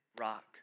rock